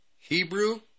Hebrew